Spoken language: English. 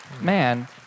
man